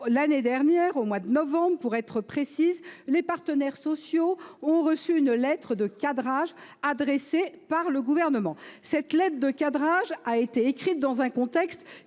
l’année dernière ? Au mois de novembre, pour être précise, les partenaires sociaux ont reçu une lettre de cadrage rédigée par le Gouvernement. Ce document a été préparé dans le contexte